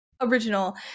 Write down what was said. original